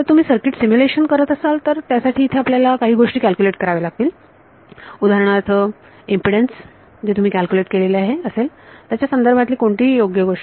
जर तुम्ही circuit simulation करत असाल तर त्यासाठी इथे आपल्याला काही गोष्टी कॅल्क्युलेट कराव्या लागतील उदाहरणार्थ इंपिडन्स जे तुम्ही कॅल्क्युलेट केलेले असेल त्याच्या संदर्भातील कोणतीही योग्य गोष्ट